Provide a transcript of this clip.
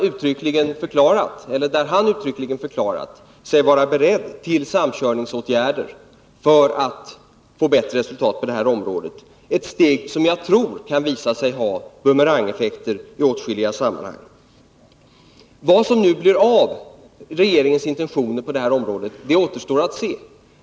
Han har uttryckligen förklarat sig vara beredd till samkörningsåtgärder för att få bättre resultat på detta område — ett steg som jag tror kan visa sig ha bumerangeffekter i åtskilliga sammanhang. Vad som nu blir av regeringens intentioner på detta område återstår att se.